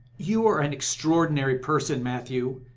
you are an extraordinary person, matthew!